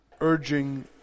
urging